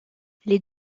les